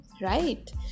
Right